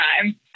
time